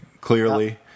clearly